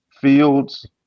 Fields